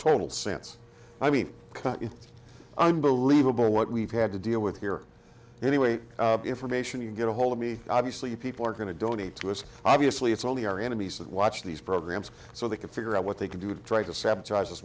total sense i mean i believe a boy what we've had to deal with here anyway information you get ahold of me obviously people are going to donate was obviously it's only our enemies that watch these programs so they can figure out what they can do to try to sabotage us